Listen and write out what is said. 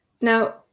now